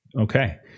Okay